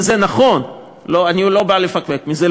וזה נכון ואני לא בא לפקפק בזה,